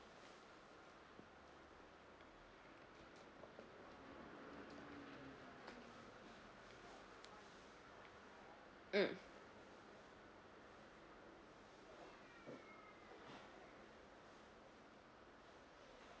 mm